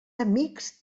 amics